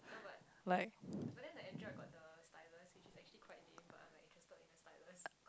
like